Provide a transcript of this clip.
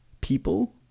People